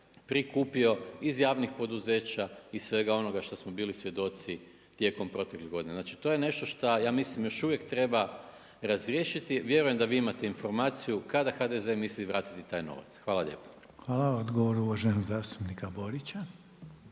prikupio iz javnih poduzeća i svega onoga što smo bili svjedoci tijekom proteklih godina. Znači to je nešto šta, ja mislim još uvijek treba razriješiti, vjerujem da vi imate informaciju kada HDZ misli vratiti taj novac. Hvala lijepo. **Reiner, Željko (HDZ)** Hvala. Odgovor uvaženog zastupnika Borića.